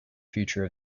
future